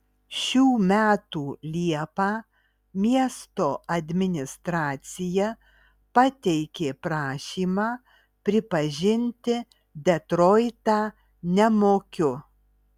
šių metų liepą miesto administracija pateikė prašymą pripažinti detroitą nemokiu